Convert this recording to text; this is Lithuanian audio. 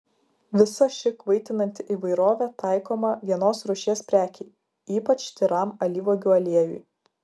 visa ši kvaitinanti įvairovė taikoma vienos rūšies prekei ypač tyram alyvuogių aliejui